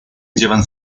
llevan